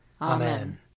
Amen